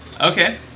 Okay